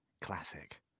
Classic